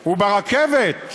ברכבת,